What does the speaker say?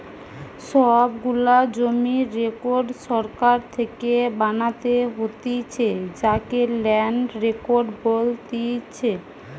সব গুলা জমির রেকর্ড সরকার থেকে বানাতে হতিছে যাকে ল্যান্ড রেকর্ড বলতিছে